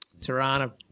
Tirana